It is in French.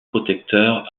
protecteur